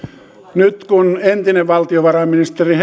nyt kun entinen valtiovarainministeri